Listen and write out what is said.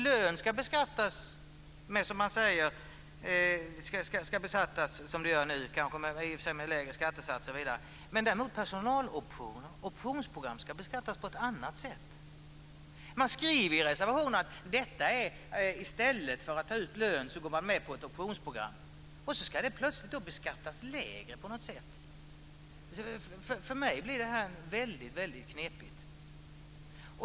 Lön ska beskattas som nu, i och för sig med lägre skattesatser. Däremot ska optionsprogram för personalen beskattas på ett annat sätt. Man skriver i reservationen att personalen i stället för att ta ut lön går med på ett optionsprogram. Då ska det plötsligt beskattas lägre på något sätt. För mig blir det här väldigt knepigt.